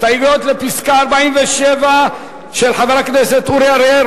הסתייגות 47 של חבר הכנסת אורי אריאל.